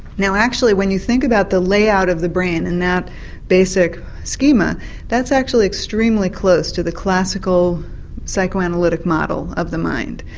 now actually when you think about the layout of the brain in that basic schema that's actually extremely close to the classical psychoanalytic model of the mind.